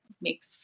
makes